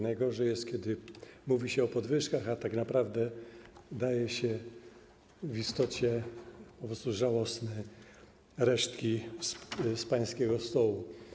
Najgorzej jest, kiedy mówi się podwyżkach, a tak naprawdę daje się po prostu żałosne resztki z pańskiego stołu.